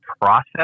process